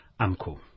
AMCO